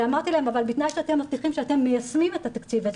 ואמרתי להם שזה בתנאי שהם מבטיחים ליישם את התקציב הזה,